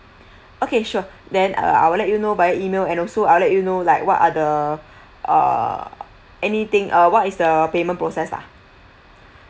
okay sure then uh I will let you know via email and also I will let you know like what are the err anything uh what is the payment process lah